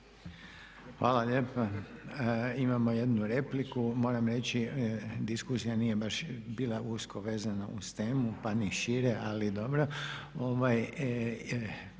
Hvala lijepa. Imamo jednu repliku. Moram reći diskusija nije baš bila usko vezana uz temu pa ni šire, ali dobro.